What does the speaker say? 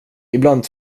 ibland